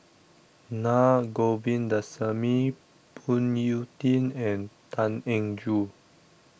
Naa Govindasamy Phoon Yew Tien and Tan Eng Joo